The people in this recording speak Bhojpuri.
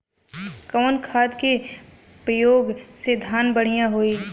कवन खाद के पयोग से धान बढ़िया होई?